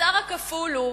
המוסר הכפול הוא